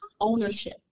ownership